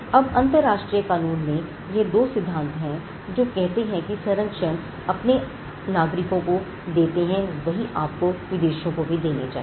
अब अंतरराष्ट्रीय कानून में यह दो सिद्धांत हैं जो कहते हैं कि जो सरंक्षण आप अपने नागरिकों को देते हैं वही आपको विदेशियों को भी देने चाहिए